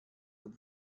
und